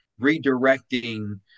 redirecting